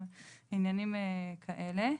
עניינים כאלה.